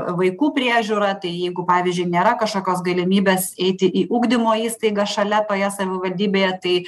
vaikų priežiūrą tai jeigu pavyzdžiui nėra kažkokios galimybės eiti į ugdymo įstaigą šalia toje savivaldybėje tai